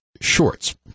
shorts